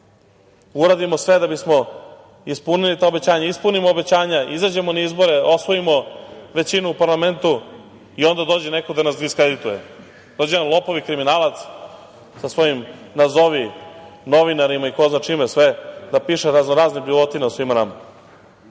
uradimo sve da bismo ispunili ta obećanja, ispunimo obećanja, izađemo na izbore, osvojimo većinu u parlamentu i onda dođe neko da nas diskredituje. Dođe vam lopov i kriminalac sa svojim nazovi novinarima i ko zna čime sve da piše raznorazne bljuvotine o svima nama. Pa,